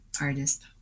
Artist